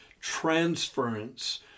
transference